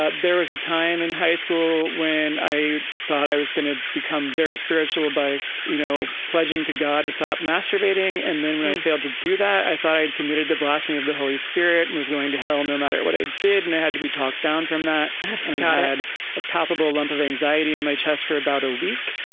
ah there was a time in high school when i thought i was going to become very spiritual by, you know, pledging to god to stop masturbating. and then when i failed to do that, i thought i had committed the blossoming of the holy spirit and was going to hell no matter what i did. and i had to be talked down from that. i i had a palpable lump of anxiety in my chest for about a week.